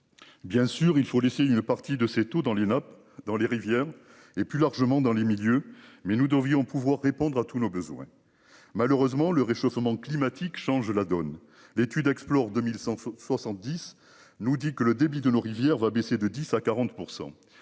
Bien sûr il faut laisser une partie de ses taux dans les notes dans les rivières et plus largement dans les milieux mais nous devions pouvoir répondre à tous nos besoins. Malheureusement, le réchauffement climatique change la donne. L'étude explore 2170 nous dit que le débit de nos rivières va baisser de 10 à 40%